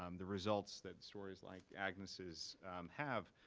um the results that stories like agnes's have,